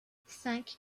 cinq